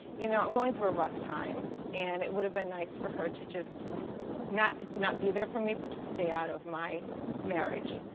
you know i'm going through a rough time. and it would have been nice for her to just not not be there for me, but stay out of my marriage.